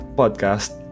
podcast